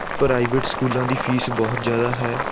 private ਸਕੂਲਾਂ ਦੀ fees ਬਹੁਤ ਜ਼ਿਆਦਾ ਹੈ